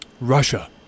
Russia